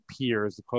peers